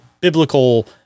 biblical